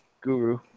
guru